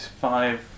five